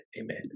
amen